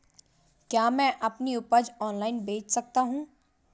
क्या मैं अपनी उपज ऑनलाइन बेच सकता हूँ?